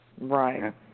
Right